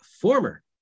former